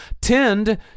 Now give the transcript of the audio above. tend